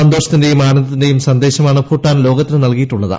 സന്തോഷത്തിന്റെയും ആനന്ദത്തിന്റെയും സന്ദേശമാണ് ഭൂട്ടാൻ ലോകത്തിന് നൽകിയിട്ടുള്ളത്